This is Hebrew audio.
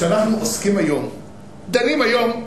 ידידי, כשאנחנו עוסקים היום ודנים היום,